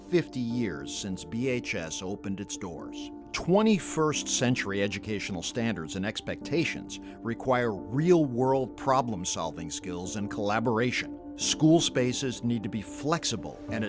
fifty years since b h s opened its doors st century educational standards and expectations require real world problem solving skills and collaboration school spaces need to be flexible and